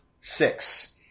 six